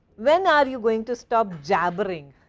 when are you going to stop jabbering?